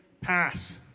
Pass